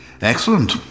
Excellent